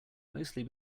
mostly